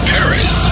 Paris